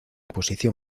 posición